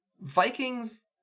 Vikings